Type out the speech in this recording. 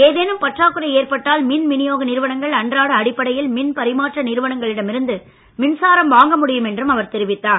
ஏதேனும் பற்றாக்குறை ஏற்பட்டால் மின் விநியோ நிறுவனங்கள் அன்றாட அடிப்படையில் மின் பரிமாற்ற நிறுவனங்களிடம் இருந்து மின்சாரம் வாங்க முடியும் என்றும் அவர் தெரிவித்தார்